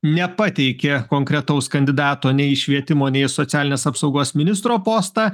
nepateikė konkretaus kandidato nei į švietimo nei į socialinės apsaugos ministro postą